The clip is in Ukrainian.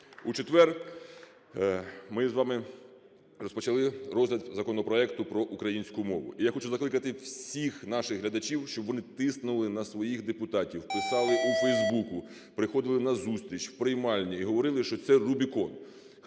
У четвер ми з вами розпочали розгляд законопроекту про українську мову. І я хочу закликати всіх наших глядачів, щоб вони тиснули на своїх депутатів, писали у Фейсбуку, приходили на зустріч, у приймальні і говорили, що це рубікон: